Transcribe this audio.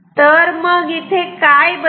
तर मग काय बदलते